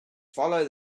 follow